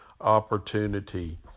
opportunity